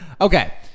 Okay